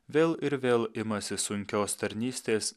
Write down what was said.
vėl ir vėl imasi sunkios tarnystės